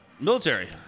military